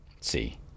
See